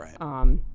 Right